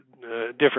different